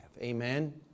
Amen